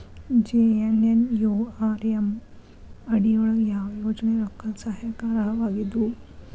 JNNURM ಅಡಿ ಯೊಳಗ ಯಾವ ಯೋಜನೆ ರೊಕ್ಕದ್ ಸಹಾಯಕ್ಕ ಅರ್ಹವಾಗಿದ್ವು?